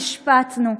נשפטנו,